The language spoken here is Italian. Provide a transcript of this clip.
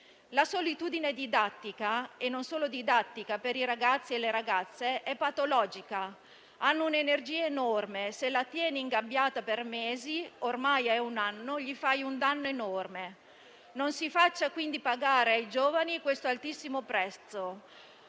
La solitudine didattica - e non solo didattica - per i ragazzi e le ragazze è patologica: hanno un'energia enorme che, se tieni ingabbiata per mesi (ormai è un anno), fai loro un danno enorme. Non si faccia quindi pagare ai giovani questo altissimo prezzo.